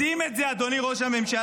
יודעים את זה, אדוני ראש הממשלה.